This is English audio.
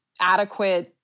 adequate